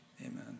amen